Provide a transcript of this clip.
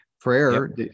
Prayer